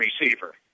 receiver